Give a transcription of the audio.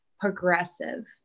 progressive